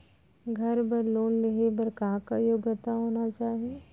घर बर लोन लेहे बर का का योग्यता होना चाही?